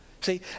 See